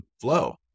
flow